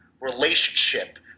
relationship